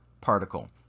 particle